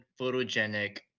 photogenic